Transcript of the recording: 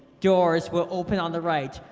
doors will open on the right.